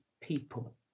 people